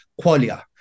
qualia